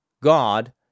God